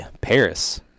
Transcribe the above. Paris